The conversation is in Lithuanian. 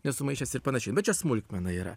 nesumaišęs ir panašiai bet čia smulkmena yra